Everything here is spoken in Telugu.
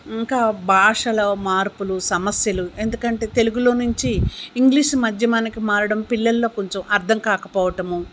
ఇంకా భాషలో మార్పులు సమస్యలు ఎందుకంటే తెలుగులో నుంచి ఇంగ్లీష్ మాధ్యమానికి మారడం పిల్లల్లో కొంచెం అర్థం కాకపోవటము